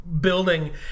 building